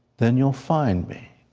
then you'll find me.